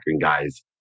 guys